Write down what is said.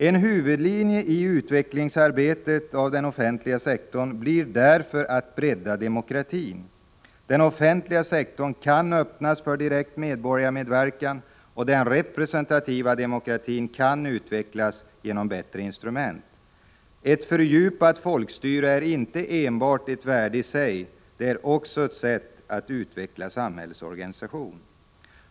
En huvudlinje i utvecklingen av den offentliga sektorn blir därför att bredda demokratin. Den offentliga sektorn kan öppnas för direkt medborgarmedverkan, och den representativa demokratin kan utvecklas genom bättre instrument. Ett fördjupat folkstyre har inte enbart ett värde i sig. Det är också ett sätt att utveckla samhällets organisation.